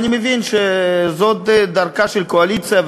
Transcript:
אני מבין שזאת דרכה של הקואליציה,